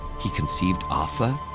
he conceived arthur,